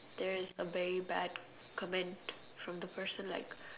there is a very bad comment from the person like